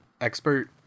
expert